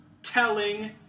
Telling